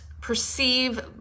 perceive